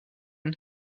aux